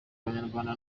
abanyarwanda